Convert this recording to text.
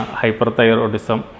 hyperthyroidism